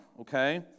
Okay